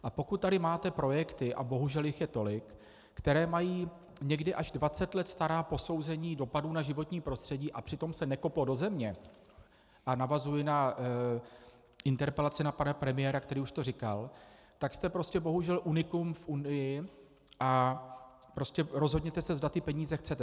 A pokud tady máte projekty, a bohužel jich je tolik, které mají někdy až 20 let stará posouzení dopadů na životní prostředí, a přitom se nekoplo do země a navazuji na interpelaci na pana premiéra, který už to říkal , tak jste prostě bohužel unikum v Unii a prostě rozhodněte se, zda ty peníze chcete.